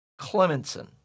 Clemenson